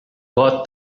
got